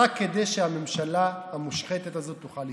רק כדי שהממשלה המושחתת הזו תוכל לשרוד.